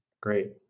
Great